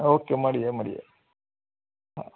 okay મળીએ મળીએ હા